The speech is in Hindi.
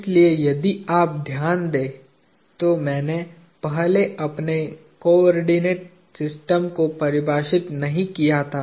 इसलिए यदि आप ध्यान दें तो मैंने पहले अपनी कोआर्डिनेट सिस्टम को परिभाषित नहीं किया था